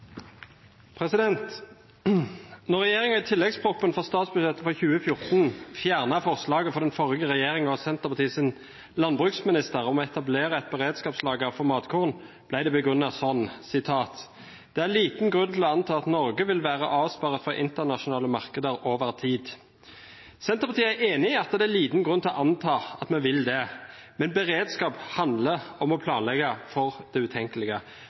landbruksminister om å etablere et beredskapslager for matkorn, ble det begrunnet slik: «Det er liten grunn til å anta at Norge vil være avsperret fra internasjonale markeder over tid.» Senterpartiet er enig i at det er liten grunn til å anta at vi vil det, men beredskap handler om å planlegge for det utenkelige.